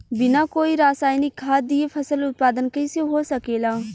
बिना कोई रसायनिक खाद दिए फसल उत्पादन कइसे हो सकेला?